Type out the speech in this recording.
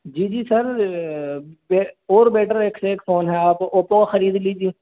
جی جی سر اور بیٹر ایک سے ایک فون ہیں آپ اوپو کا خرید لیجیے